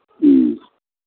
ह्म्म